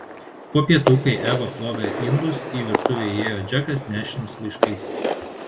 po pietų kai eva plovė indus į virtuvę įėjo džekas nešinas laiškais